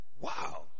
Wow